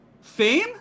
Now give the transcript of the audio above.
fame